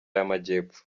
y’amajyepfo